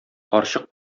карчык